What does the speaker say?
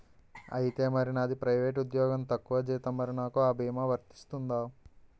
ఐతే మరి నాది ప్రైవేట్ ఉద్యోగం తక్కువ జీతం మరి నాకు అ భీమా వర్తిస్తుందా?